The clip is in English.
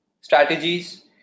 strategies